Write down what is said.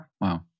Wow